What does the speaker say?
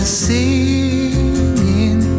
singing